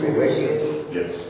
Yes